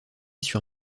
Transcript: sur